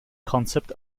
concept